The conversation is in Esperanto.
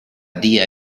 dia